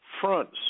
fronts